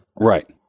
Right